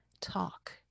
talk